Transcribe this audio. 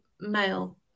male